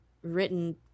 written